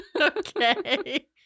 Okay